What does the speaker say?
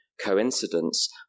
coincidence